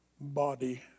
body